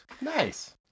Nice